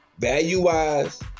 value-wise